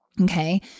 Okay